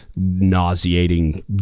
nauseating